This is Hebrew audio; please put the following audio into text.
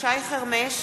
שי חרמש,